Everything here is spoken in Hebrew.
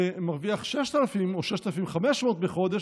שמרוויח 6,000 או 6,500 בחודש,